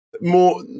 more